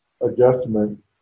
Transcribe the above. adjustment